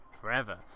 forever